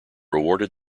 rewarded